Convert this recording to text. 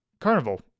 Carnival